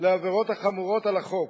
לעבירות החמורות על החוק